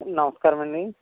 నమస్కారం అండి